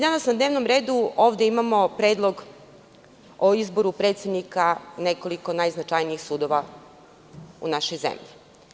Danas na dnevnom redu imamo predlog o izboru predsednika nekoliko najznačajnijih sudova u našoj zemlji.